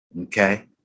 Okay